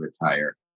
retire